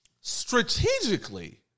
strategically